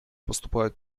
поступают